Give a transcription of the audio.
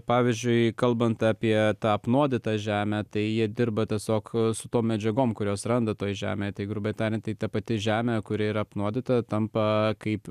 pavyzdžiui kalbant apie tą apnuodytą žemę tai jie dirba tiesiog su tuo medžiagom kurios randa toje žemėje tai grubiai tariant tai ta pati žemė kuri yra apnuodyta tampa kaip